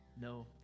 No